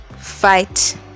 fight